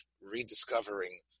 rediscovering